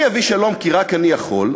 אני אביא שלום כי רק אני יכול,